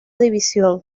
división